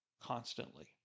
constantly